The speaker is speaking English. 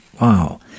wow